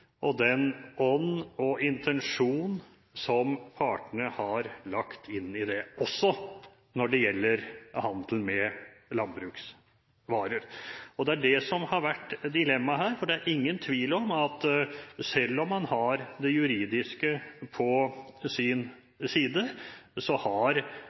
og den ånd og intensjon som partene har lagt inn i det, også når det gjelder handel med landbruksvarer. Det er det som har vært dilemmaet her, for det er ingen tvil om at selv om man har det juridiske på sin side, har